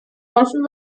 geholfen